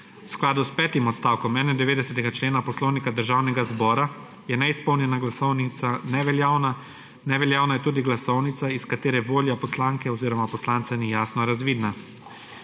V skladu s petim odstavkom 91. člena Poslovnika Državnega zbora je neizpolnjena glasovnica neveljavna, neveljavna je tudi glasovnica, iz katere volja poslanke oziroma poslanca ni jasno razvidna.